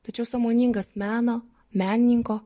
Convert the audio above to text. tačiau sąmoningas meno menininko